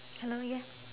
hello yes